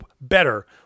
better